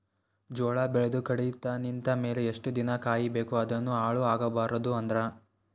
ಜೋಳ ಬೆಳೆದು ಕಡಿತ ನಿಂತ ಮೇಲೆ ಎಷ್ಟು ದಿನ ಕಾಯಿ ಬೇಕು ಅದನ್ನು ಹಾಳು ಆಗಬಾರದು ಅಂದ್ರ?